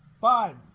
Five